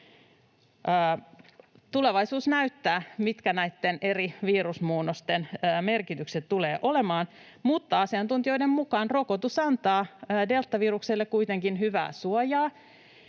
Tulevaisuus näyttää, mikä näitten eri virusmuunnosten merkitys tulee olemaan, mutta asiantuntijoiden mukaan rokotus antaa kuitenkin deltavirukselle hyvää suojaa.